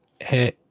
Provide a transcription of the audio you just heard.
hey